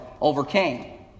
overcame